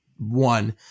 One